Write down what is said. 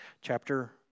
Chapter